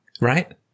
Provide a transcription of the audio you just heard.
right